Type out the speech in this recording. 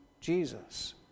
Jesus